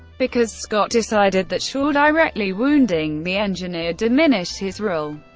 because scott decided that shaw directly wounding the engineer diminished his role.